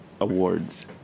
awards